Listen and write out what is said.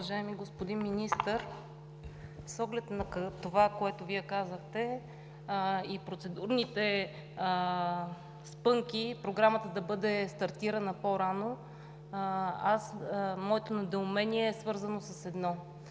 Уважаеми господин Министър, с оглед на това, което Вие казахте, и процедурните спънки Програмата да бъде стартирана по-рано, моето недоумение е свързано с едно: